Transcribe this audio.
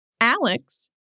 Alex